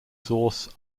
source